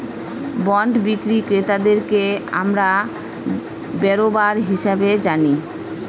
bond বিক্রি ক্রেতাদেরকে আমরা বেরোবার হিসাবে জানি